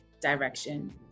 direction